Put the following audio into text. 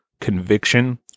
conviction